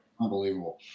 Unbelievable